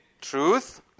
truth